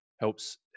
helps